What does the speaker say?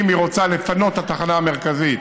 אם היא רוצה לפנות את התחנה המרכזית